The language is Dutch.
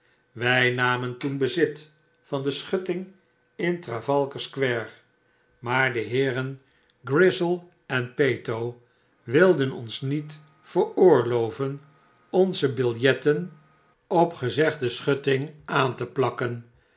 wy namen toen bezit van de schutting in trafalgar square maar de heeren grisell en peto wilden ons niet veroorloven onze biljetten op gezegde schutting aan te plakken